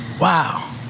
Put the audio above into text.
Wow